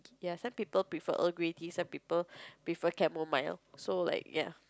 ya some people prefer Earl Grey tea some people prefer camomile so like ya